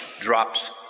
Drops